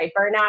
burnout